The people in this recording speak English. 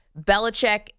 Belichick